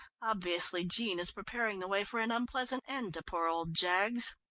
obviously jean is preparing the way for an unpleasant end to poor old jaggs.